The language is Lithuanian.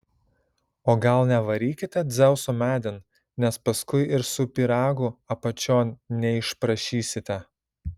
o gal nevarykite dzeuso medin nes paskui ir su pyragu apačion neišprašysite